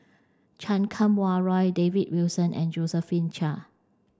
Chan Kum Wah Roy David Wilson and Josephine Chia